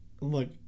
look